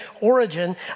origin